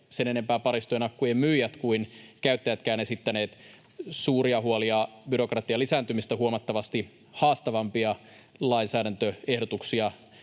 sen enempää paristojen ja akkujen myyjät kuin käyttäjätkään esittäneet suuria huolia byrokratian lisääntymisestä. Huomattavasti haastavampia lainsäädäntöehdotuksia